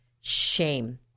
shame